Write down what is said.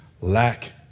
lack